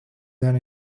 than